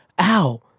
ow